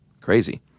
Crazy